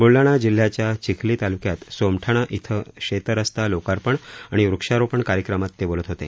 बुलडाणा जिल्ह्याच्या चिखली तालुक्यात सोमठाणा श्विं शेतरस्ता लोकार्पण आणि वृक्षारोपण कार्यक्रमात ते बोलत होते